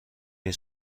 این